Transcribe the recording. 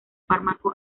fármaco